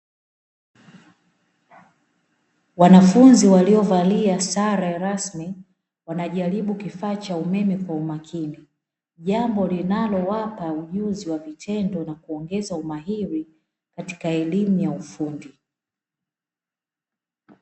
Wanafunzi waliovalia sare rasmi wanajaribu kifaa cha umeme kwa umakini, jambo linalowapa ujuzi wa vitendo, na kuongeza umahiri katika elimu ya ufundi.